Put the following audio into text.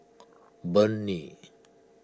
Burnie